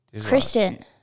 Kristen